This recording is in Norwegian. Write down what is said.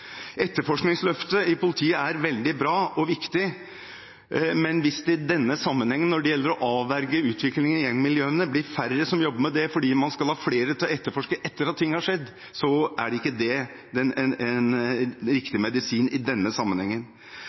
Etterforskningsløftet i politiet er veldig bra og viktig, men hvis det blir færre som jobber med å avverge utviklingen i gjengmiljøene fordi man skal ha flere til å etterforske etter at ting har skjedd, så er ikke det riktig medisin i denne sammenhengen.